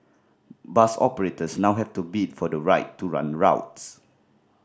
bus operators now have to bid for the right to run routes